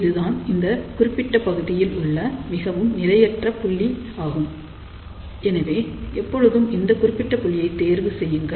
இதுதான் இந்த குறிப்பிட்ட பகுதியில் உள்ள மிகவும் நிலையற்ற புள்ளி ஆகும் எனவே எப்பொழுதும் இந்த குறிப்பிட்ட புள்ளியை தேர்வு செய்யுங்கள்